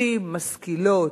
נשים משכילות,